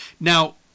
Now